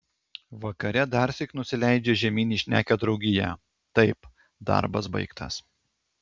vakare darsyk nusileidžia žemyn į šnekią draugiją taip darbas baigtas